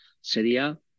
sería